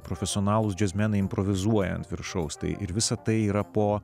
profesionalūs džiazmenai improvizuoja ant viršaus tai ir visa tai yra po